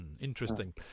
Interesting